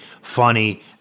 funny